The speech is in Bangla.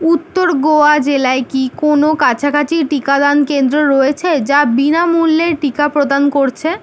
উত্তর গোয়া জেলায় কি কোনো কাছাকাছি টিকাদান কেন্দ্র রয়েছে যা বিনামূল্যে টিকা প্রদান করছে